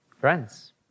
Friends